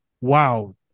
wow